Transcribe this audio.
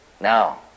now